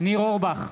ניר אורבך,